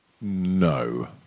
No